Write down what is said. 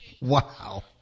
Wow